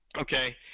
okay